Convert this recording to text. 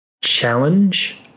challenge